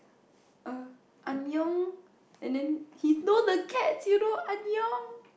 err Annyeong and then he knows that cats you know Annyeong